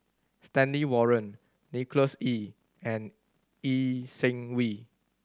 Stanley Warren Nicholas Ee and Lee Seng Wee